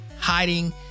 hiding